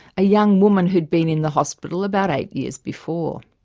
a young woman who had been in the hospital about eight years before.